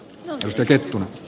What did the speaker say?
ryn